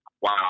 wow